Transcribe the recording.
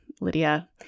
lydia